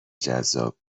جذاب